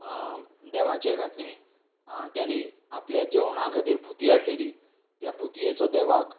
देवाचेर घातली तांणी आपल्याक जेवणा खातीर भुती हाडलेली त्या भुतयेचो देवाक